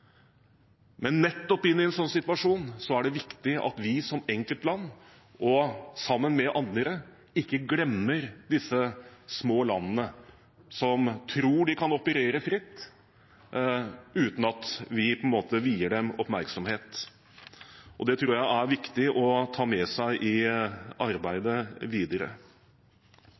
Men nettopp i en sånn situasjon er det viktig at vi som enkeltland, og sammen med andre, ikke glemmer disse små landene som tror de kan operere fritt uten at vi vier dem oppmerksomhet. Det tror jeg er viktig å ta med seg i